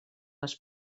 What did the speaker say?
les